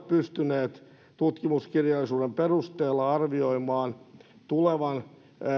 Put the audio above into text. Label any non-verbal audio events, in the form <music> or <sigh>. <unintelligible> pystyneet tutkimuskirjallisuuden perusteella arvioimaan tulevan